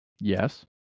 Yes